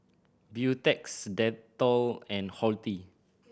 Beautex Dettol and Horti